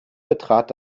betrat